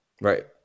right